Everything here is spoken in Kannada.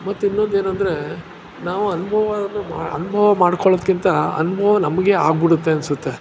ಮತ್ತೆ ಇನ್ನೊಂದು ಏನೆಂದ್ರೆ ನಾವು ಅನುಭವವನ್ನು ಮಾ ಅನುಭವ ಮಾಡ್ಕೊಳ್ಳೊದ್ಕಿಂತ ಅನುಭವ ನಮಗೆ ಆಗಿಬಿಡುತ್ತೆ ಅನ್ಸುತ್ತೆ